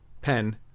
pen